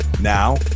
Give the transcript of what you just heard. Now